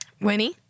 Winnie